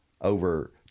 over